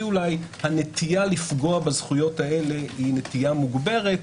אולי הנטייה לפגוע בזכויות אלה היא מוגברת.